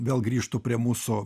vėl grįžtu prie mūsų